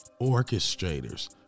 orchestrators